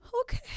okay